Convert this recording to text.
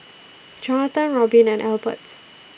Jonathan Robin and Elbert